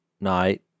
night